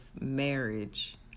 marriage